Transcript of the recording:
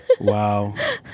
wow